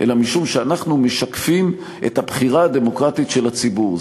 אלא משום שאנחנו משקפים את הבחירה הדמוקרטית של הציבור.